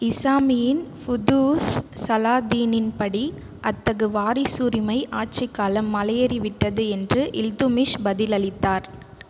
இசாமியின் ஃபுதூஹுஸ் ஸலாதீனின் படி அத்தகு வாரிசுரிமை ஆட்சிக் காலம் மலையேறிவிட்டது என்று இல்துத்மிஷ் பதிலளித்தார்